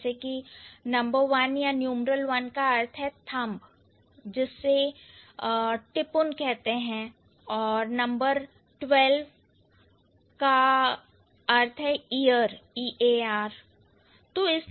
जैसे कि नंबर 1या न्यूमरल 1 का अर्थ है thumb जिससे tipun कहते हैं और नंबर 12 या न्यूमरल 12 को ear कहते हैं